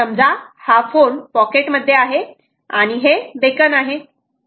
समजा हा phone pocket मध्ये आहे आणि हे बेकन आहे